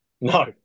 no